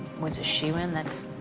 was a shoe in, that's